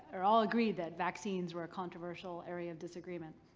or all agreed that vaccines were a controversial area of disagreement.